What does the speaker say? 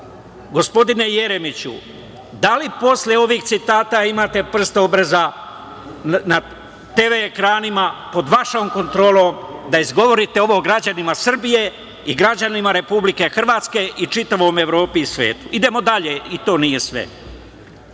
gospodine Jeremiću, da li posle ovih citata imate prst obraza na TV ekranima pod vašom kontrolom da izgovorite ovo građanima Srbije i građanima Republike Hrvatske i čitavoj Evropi i svetu? Idemo dalje, i to nije